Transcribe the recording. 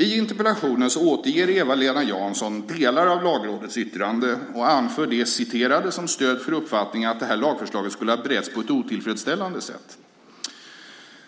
I interpellationen återger Eva-Lena Jansson delar av Lagrådets yttrande och anför det citerade som stöd för uppfattningen att lagförslaget skulle ha beretts på ett otillfredsställande sätt.